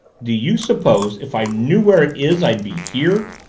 do you suppose if i knew where it is, i'd be here?